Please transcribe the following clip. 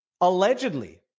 allegedly